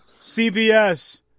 CBS